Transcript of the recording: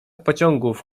pociągów